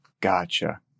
Gotcha